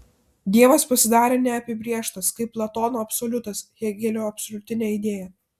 dievas pasidarė neapibrėžtas kaip platono absoliutas hėgelio absoliutinė idėja